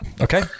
Okay